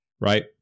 right